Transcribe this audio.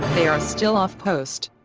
they are still off post.